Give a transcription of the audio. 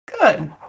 good